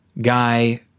guy –